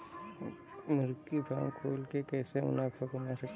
मुर्गी फार्म खोल के कैसे मुनाफा कमा सकते हैं?